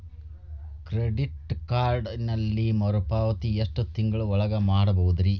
Credit ಕಾರ್ಡಿನಲ್ಲಿ ಮರುಪಾವತಿ ಎಷ್ಟು ತಿಂಗಳ ಒಳಗ ಮಾಡಬಹುದ್ರಿ?